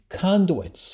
conduits